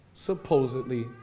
Supposedly